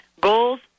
goals